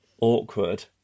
awkward